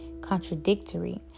contradictory